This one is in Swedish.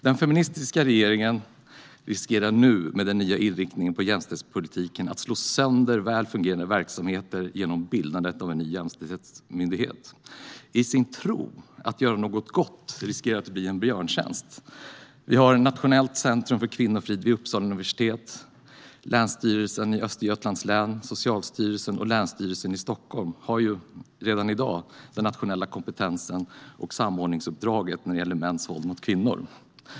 Den feministiska regeringen riskerar nu med den nya inriktningen på jämställdhetspolitiken att slå sönder väl fungerande verksamheter genom bildandet av en ny jämställdhetsmyndighet. I sin tro att göra något gott riskerar man att göra en björntjänst. Nationellt centrum för kvinnofrid vid Uppsala universitet, Länsstyrelsen i Östergötlands län, Socialstyrelsen och Länsstyrelsen i Stockholms län har redan i dag den nationella kompetensen och samordningsuppdraget när det gäller mäns våld mot kvinnor.